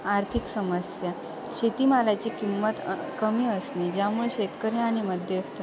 आर्थिक समस्या शेतीमालाची किंमत कमी असणे ज्यामुळे शेतकरी आणि मध्यस्थ